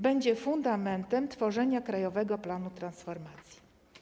Będzie fundamentem tworzenia krajowego planu transformacji.